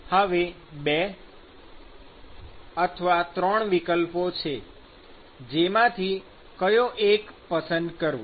હવે બે અથવા ત્રણ વિકલ્પો છે જેમાંથી કયો એક પસંદ કરવો